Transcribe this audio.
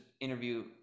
interview